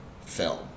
film